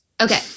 Okay